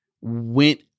went